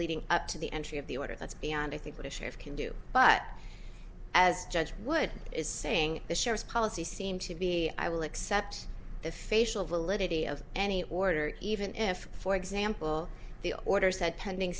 leading up to the entry of the order that's beyond i think what a shave can do but as judge wood is saying the sheriff's policy seems to be i will accept the facial validity of any order even if for example the orders had pending